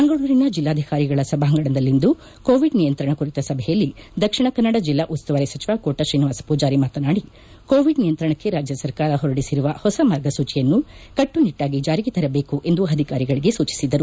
ಮಂಗಳೂರಿನ ಜಿಲ್ಲಾಧಿಕಾರಿಗಳ ಸಭಾಂಗಣದಲ್ಲಿಂದು ಕೋವಿಡ್ ನಿಯಂತ್ರಣ ಕುರಿತ ಸಭೆಯಲ್ಲಿ ದಕ್ಷಿಣ ಕನ್ನಡ ಜಿಲ್ಲಾ ಉಸ್ತುವಾರಿ ಸಚಿವ ಕೋಟ ಶ್ರೀನಿವಾಸ ಪೂಜಾರಿ ಮಾತನಾಡಿ ಕೋವಿಡ್ ನಿಯಂತ್ರಣಕ್ಕೆ ರಾಜ್ಯ ಸರ್ಕಾರ ಹೊರಡಿಸಿರುವ ಹೊಸ ಮಾರ್ಗಸೂಚಿಯನ್ನು ಕಟ್ಟುನಿಟಾಗಿ ಜಾರಿಗೆ ತರಬೇಕು ಎಂದು ಅಧಿಕಾರಿಗಳಿಗೆ ಸೂಚಿಸಿದರು